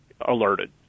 alerted